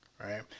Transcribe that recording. Right